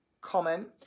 comment